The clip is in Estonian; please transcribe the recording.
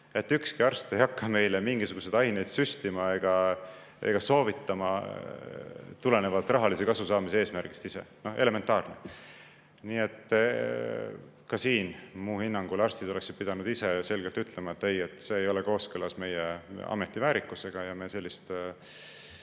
ükski arst ei hakka meile mingisuguseid aineid süstima ega soovitama tulenevalt rahalise kasu saamise eesmärgist. Noh, elementaarne. Nii et minu hinnangul oleksid arstid pidanud ise selgelt ütlema, et ei, see ei ole kooskõlas meie ameti väärikusega ja sellist